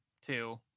two